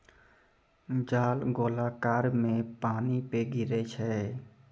जाल गोलाकार मे पानी पे गिरै छै